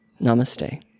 Namaste